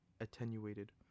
attenuated